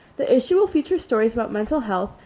the issue will feature stories about mental health,